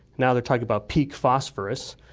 now they're talking about peak phosphorous.